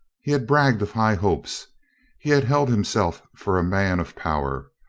he had bragged of high hopes he had held himself for a man of power.